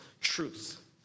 truth